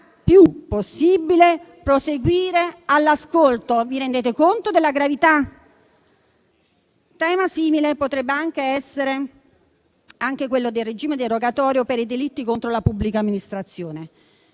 più possibile proseguire all'ascolto. Vi rendete conto della gravità? Tema simile potrebbe anche essere quello del regime derogatorio per i delitti contro la pubblica amministrazione.